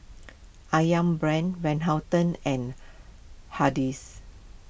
Ayam Brand Van Houten and Hardy's